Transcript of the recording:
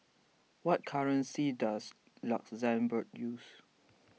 what currency does Luxembourg use